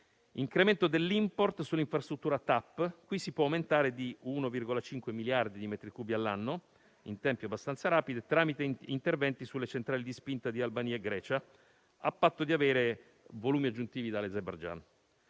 l'incremento dell'*import* sull'infrastruttura Trans Adriatic pipeline (TAP): si può aumentare di 1,5 miliardi di metri cubi all'anno in tempi abbastanza rapidi, tramite interventi sulle centrali di spinta di Albania e Grecia, a patto di avere volumi aggiuntivi dall'Azerbaigian.